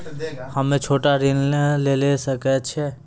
हम्मे छोटा ऋण लिये सकय छियै?